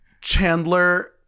Chandler